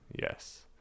yes